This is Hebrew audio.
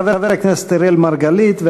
חבר הכנסת אראל מרגלית,